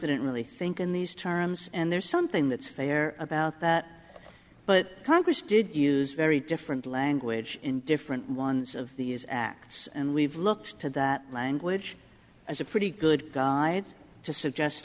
didn't really think in these terms and there's something that's fair about that but congress did use very different language in different ones of these acts and we've looks to that language as a pretty good guide to suggest